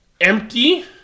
empty